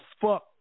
fuck